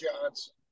Johnson